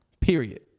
period